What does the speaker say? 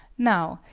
now,